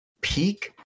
peak